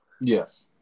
Yes